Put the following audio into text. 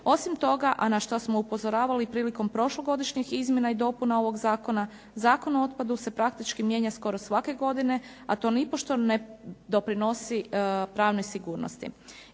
Osim toga, a na šta smo upozoravali prilikom prošlogodišnjih izmjena i dopuna ovog zakona, Zakon o otpadu se praktički mijenja skoro svake godine, a to nipošto ne doprinosi pravnoj sigurnosti.